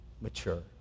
mature